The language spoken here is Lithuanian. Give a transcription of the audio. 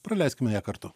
praleiskime ją kartu